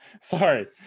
Sorry